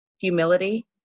Humility